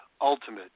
Ultimate